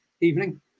evening